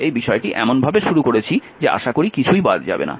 এই বিষয়টি এমনভাবে শুরু করেছি যে আশা করি কিছুই বাদ যাবে না